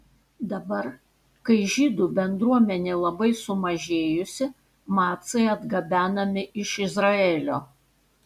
dabar kai žydų bendruomenė labai sumažėjusi macai atgabenami iš izraelio